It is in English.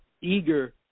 eager